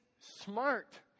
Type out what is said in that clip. smart